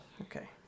Okay